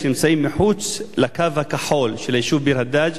שנמצאים מחוץ ל"קו הכחול" של היישוב ביר-הדאג',